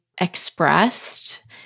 expressed